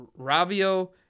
Ravio